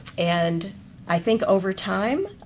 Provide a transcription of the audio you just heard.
and i think over time,